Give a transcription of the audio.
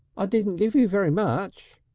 i didn't give you very much.